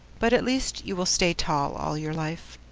but at least you will stay tall all your life!